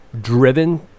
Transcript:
driven